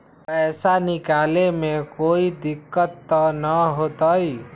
पैसा निकाले में कोई दिक्कत त न होतई?